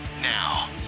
Now